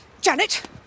Janet